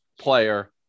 player